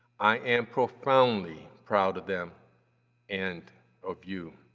i am profoundly proud of them and of you.